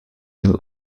mill